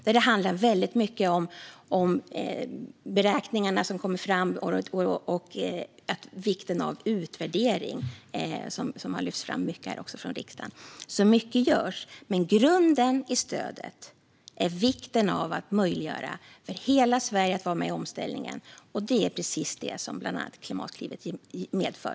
Den handlar väldigt mycket om de beräkningar som har gjorts och om vikten av utvärdering, som också har lyfts fram mycket här från riksdagen. Mycket görs. Men grunden för stödet är att möjliggöra för hela Sverige att vara med i omställningen, och det är precis det som bland annat Klimatklivet innebär.